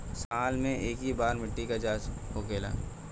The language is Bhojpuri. साल मे केए बार मिट्टी के जाँच होखेला?